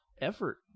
effort